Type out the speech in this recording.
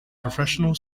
professional